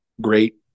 Great